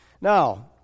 Now